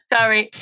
Sorry